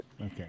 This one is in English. Okay